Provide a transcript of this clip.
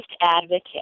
advocate